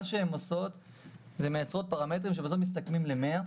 מה שהן עושות זה לייצר פרמטרים שבסוף מסתכמים ל-100.